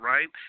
Right